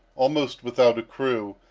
almost without a crew,